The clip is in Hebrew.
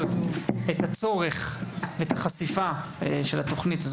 את הצורך בה ואת החשיפה של התוכנית.